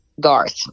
Garth